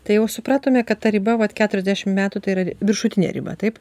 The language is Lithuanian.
tai jau supratome kad ta riba vat keturiasdešim metų tai yra viršutinė riba taip